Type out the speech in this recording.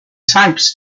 types